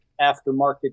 aftermarket